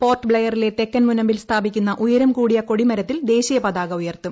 പോർട്ട്ബ്ലെയറിലെ തെക്കൻ മുനമ്പിൽ സ്ഥാപിക്കുന്ന ഉയരംകൂടിയ കൊടിമരത്തിൽ ദേശീയപതാക ഉയർത്തും